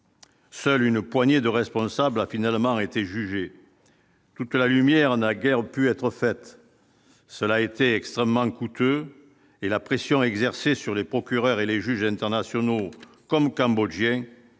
Seule une poignée de responsables, a finalement été jugé toute la lumière n'a guère pu être faites, cela a été extrêmement coûteux et la pression exercée sur les procureurs et les juges internationaux comme cambodgien